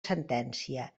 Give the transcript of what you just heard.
sentència